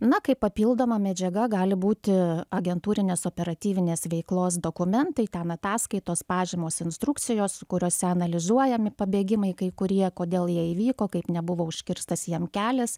na kaip papildoma medžiaga gali būti agentūrinės operatyvinės veiklos dokumentai ten ataskaitos pažymos instrukcijos kuriose analizuojami pabėgimai kai kurie kodėl jie įvyko kaip nebuvo užkirstas jiem kelias